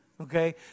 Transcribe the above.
Okay